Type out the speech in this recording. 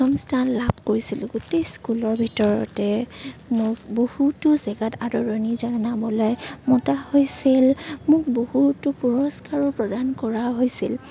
প্ৰথম স্থান লাভ কৰিছিলোঁ গোটেই স্কুলৰ ভিতৰতে মোক বহুতো জেগাত আদৰণি জনাবলৈ মতা হৈছিল মোক বহুতো পুৰস্কাৰো প্ৰদান কৰা হৈছিল